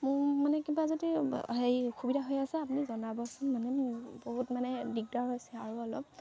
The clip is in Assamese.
মোৰ মানে কিবা যদি হেৰি অসুবিধা হৈ আছে আপুনি জনাবচোন মানে বহুত মানে দিগদাৰ হৈছে আৰু অলপ